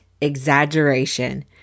exaggeration